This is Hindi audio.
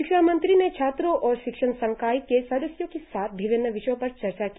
शिक्षा मंत्री ने छात्रों और शिक्षण संकाय के सदस्यों के साथ विभिन्न विषयों पर चर्चा की